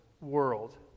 world